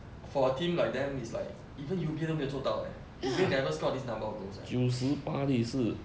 for a team like them is like 都没有做到 leh even never scored this number of goals eh